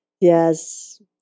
Yes